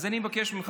אז אני מבקש ממך,